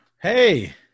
Hey